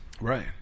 Right